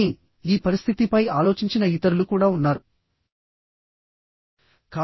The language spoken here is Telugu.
కానీ ఈ పరిస్థితిపై ఆలోచించిన ఇతరులు కూడా ఉన్నారు